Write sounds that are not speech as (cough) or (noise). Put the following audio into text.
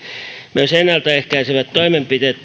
myös ennaltaehkäisevät toimenpiteet (unintelligible)